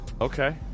Okay